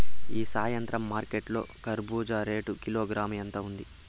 ఈ సాయంత్రం మార్కెట్ లో కర్బూజ రేటు కిలోగ్రామ్స్ ఎంత ఉంది?